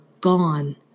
gone